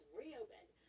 reopened